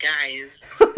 guys